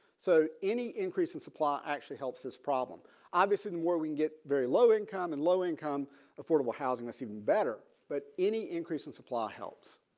so any increase in supply actually helps this problem obviously and where we get very low income and low income affordable housing is even better. but any increase in supply helps